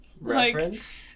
reference